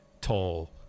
tall